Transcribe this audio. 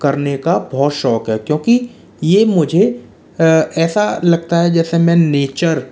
करने का बहुत शौक है क्योंकि ये मुझे ऐसा लगता है जैसे मैं नेचर